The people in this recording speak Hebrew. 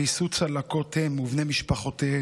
ויישאו צלקות, הם ובני משפחותיהם,